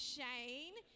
Shane